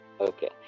Okay